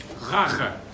Rache